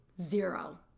zero